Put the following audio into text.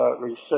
research